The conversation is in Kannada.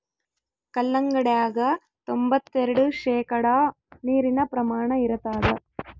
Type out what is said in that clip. ಕಲ್ಲಂಗಡ್ಯಾಗ ತೊಂಬತ್ತೆರೆಡು ಶೇಕಡಾ ನೀರಿನ ಪ್ರಮಾಣ ಇರತಾದ